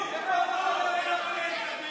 זה לא עובד כאן.